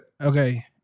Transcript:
Okay